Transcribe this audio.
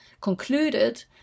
concluded